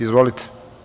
Izvolite.